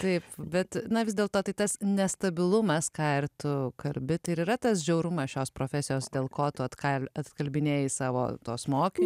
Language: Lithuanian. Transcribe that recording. taip bet na vis dėl to tai tas nestabilumas ką ir tu kalbi tai ir yra tas žiaurumas šios profesijos dėl ko tu atkal atkalbinėji savo tos moki